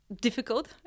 difficult